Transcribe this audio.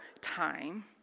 time